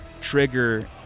trigger